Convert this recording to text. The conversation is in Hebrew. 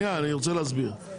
אני רוצה להסביר.